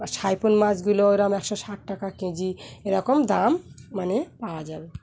আর সাইফন মাছগুলো ওরম একশো ষাট টাকা কেজি এরকম দাম মানে পাওয়া যাবে